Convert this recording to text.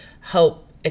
help